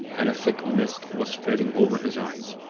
and a thick mist was spreading over his eyes.